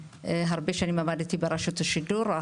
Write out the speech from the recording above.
שנים רבות עבדתי רשות השידור.